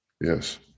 yes